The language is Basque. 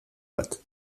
bat